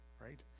right